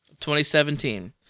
2017